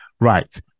right